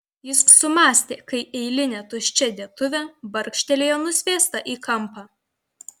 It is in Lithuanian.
jis sumąstė kai eilinė tuščia dėtuvė barkštelėjo nusviesta į kampą